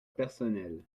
personnel